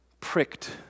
pricked